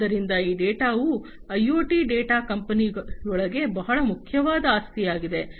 ಆದ್ದರಿಂದ ಈ ಡೇಟಾವು ಐಒಟಿ ಡೇಟಾ ಕಂಪನಿಯೊಳಗೆ ಬಹಳ ಮುಖ್ಯವಾದ ಆಸ್ತಿಯಾಗಿದೆ